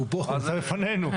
הוא לפנינו.